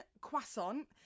croissant